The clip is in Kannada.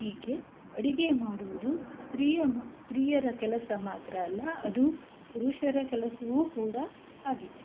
ಹೀಗೆ ಅಡಿಗೆ ಮಾಡುವುದು ಸ್ತೀಯ ಮ ಸ್ತ್ರೀಯರ ಕೆಲಸ ಮಾತ್ರ ಅಲ್ಲ ಅದು ಪುರುಷರ ಕೆಲಸವೂ ಕೂಡ ಆಗಿದೆ